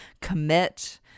commit